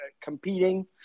competing